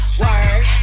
work